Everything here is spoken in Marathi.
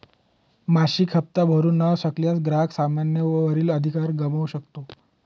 मासिक हप्ता भरू न शकल्यास, ग्राहक सामाना वरील अधिकार गमावू शकतो